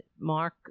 Mark